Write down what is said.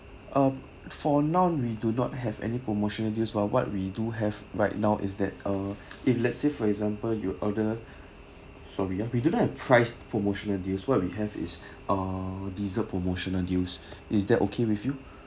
ah for now we do not have any promotional deals but what we do have right now is that uh if let's say for example you order sorry ah we do not have priced promotional deals what we have is ah dessert promotional deals is that okay with you